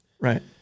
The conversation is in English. Right